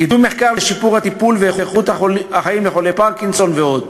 קידום מחקר לשיפור הטיפול ואיכות החיים של חולי פרקינסון ועוד.